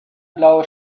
blaue